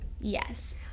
Yes